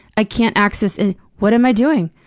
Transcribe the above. i can't access what am i doing?